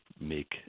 make